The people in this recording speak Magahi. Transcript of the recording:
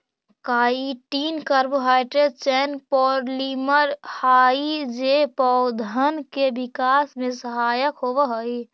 काईटिन कार्बोहाइड्रेट चेन पॉलिमर हई जे पौधन के विकास में सहायक होवऽ हई